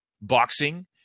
boxing